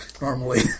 normally